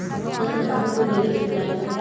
दस साल खातिर कोई निवेश के प्लान बताई?